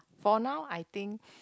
for now I think